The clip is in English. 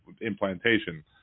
implantation